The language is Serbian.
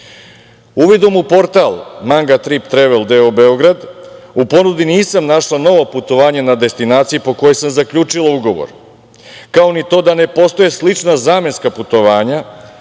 u portal, „Manga trip travel“ doo Beograd, u ponudi nisam našla novo putovanje na destinaciji po kojoj sam zaključila ugovor, kao ni to da ne postoje slična zamenska putovanja